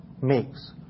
makes